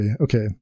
okay